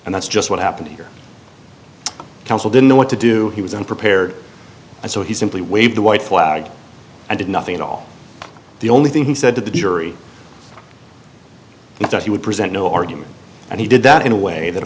and that's just what happened here counsel didn't know what to do he was unprepared and so he simply waved a white flag and did nothing at all the only thing he said to the jury and i thought he would present no argument and he did that in a way that a